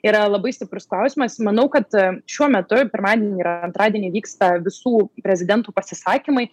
yra labai stiprus klausimas manau kad šiuo metu pirmadienį ir antradienį vyksta visų prezidentų pasisakymai